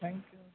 thank you